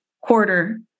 quarter